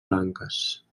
blanques